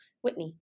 Whitney